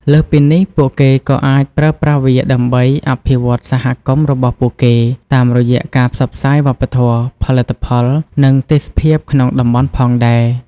លើសពីនេះ ពួកគេក៏អាចប្រើប្រាស់វាដើម្បី អភិវឌ្ឍសហគមន៍របស់ពួកគេ តាមរយៈការផ្សព្វផ្សាយវប្បធម៌ ផលិតផល និងទេសភាពក្នុងតំបន់ផងដែរ។